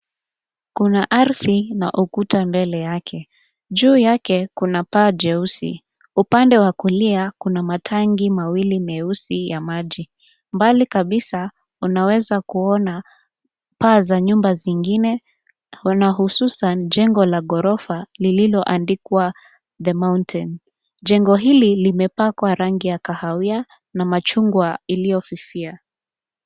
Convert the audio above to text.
Kuna ardhi na ukuta mbele yake juu yake kuna paa jeusi. Upande wa kulia kuna matangi mawili meusi ya maji. Mbali kabisa unaweza kuona paa za nyumba zingine wanao hususan jengo la ghorofa lililoandikwa the mountain. Jengo hili limepakwa rangi ya kahawia na machungwa iliyofifia.